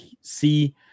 see